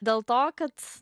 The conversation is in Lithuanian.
dėl to kad